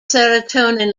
serotonin